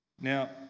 Now